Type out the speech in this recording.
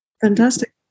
Fantastic